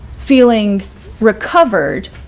feeling recovered,